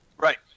Right